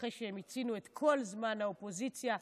אחרי שמיצינו את כל זמן האופוזיציה,